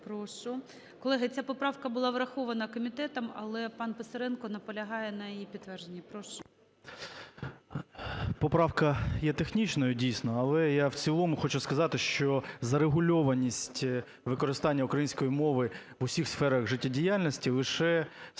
Прошу. Колеги, ця поправка була врахована комітетом, але пан Писаренко наполягає на її підтвердженні. Прошу. 11:19:36 ПИСАРЕНКО В.В. Поправка є технічною, дійсно, але я в цілому хочу сказати, що зарегульованість використання української мови в усіх сферах життєдіяльності лише створює